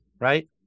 Right